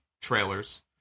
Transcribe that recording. trailers